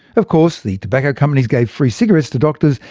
of course, the tobacco companies gave free cigarettes to doctors,